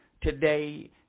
today